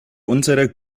unserer